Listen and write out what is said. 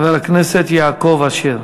חבר הכנסת יעקב אשר.